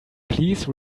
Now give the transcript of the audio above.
please